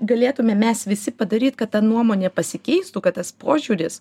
galėtume mes visi padaryt kad ta nuomonė pasikeistų kad tas požiūris